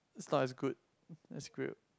it's not as good as grilled